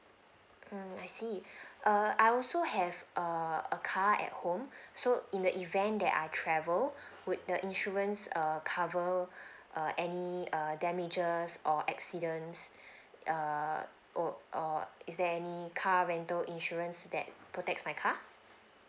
mm I see err I also have a a car at home so in the event that I travel would the insurance err cover err any err damages or accidents err or or is there any car rental insurance that protects my car